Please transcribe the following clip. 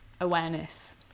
awareness